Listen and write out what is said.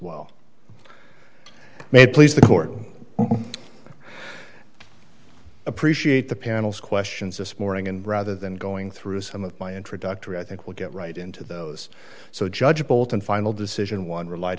well may please the court appreciate the panel's questions this morning and rather than going through some of my introductory i think we'll get right into those so judge bolton final decision one relied